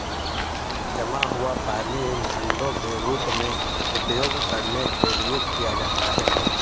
जमा हुआ पानी हिमखंडों के रूप में उपयोग करने के लिए किया जाता है